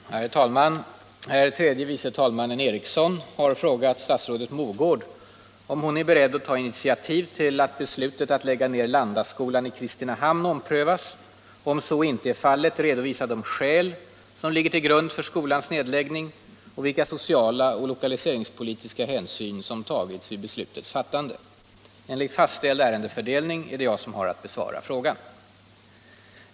Herr talman! Herr tredje vice talmannen Eriksson har frågat statsrådet Mogård om hon är beredd att ta initiativ till att beslutet att lägga ner Landaskolan i Kristinehamn omprövas och om så inte är fallet redovisa de skäl som ligger till grund för skolans nedläggning och vilka sociala och lokaliseringspolitiska hänsyn som tagits vid beslutets fattande. Enligt fastställd ärendefördelning är det jag som har att besvara frågan.